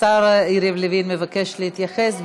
השר יריב לוין מבקש להתייחס.